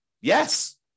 Yes